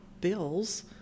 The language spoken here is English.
bills